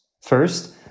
First